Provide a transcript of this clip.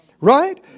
right